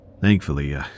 Thankfully